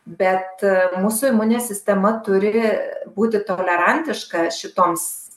bet mūsų imuninė sistema turi būti tolerantiška šitoms